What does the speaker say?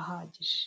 ahagije